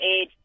age